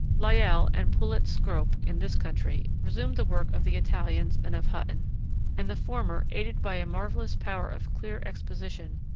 lyell and poulett scrope, in this country, resumed the work of the italians and of hutton and the former, aided by a marvellous power of clear exposition,